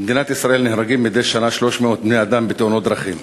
במדינת ישראל נהרגים מדי שנה 300 בני-אדם בתאונות דרכים.